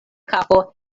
kafo